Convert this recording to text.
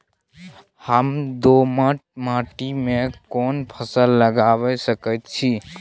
हम दोमट माटी में कोन फसल लगाबै सकेत छी?